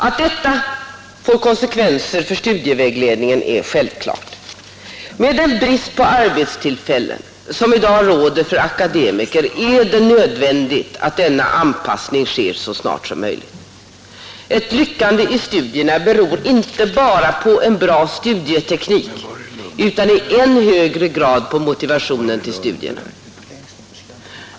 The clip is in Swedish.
Att detta får konsekvenser också för studievägledningen är självklart. Med den brist på arbetstillfällen som i dag råder för akademiker är det nödvändigt att denna anpassning sker så snart som möjligt. Att man lyckas i studierna beror inte bara på en bra studieteknik utan i än högre grad på motivationen till studierna.